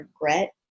regret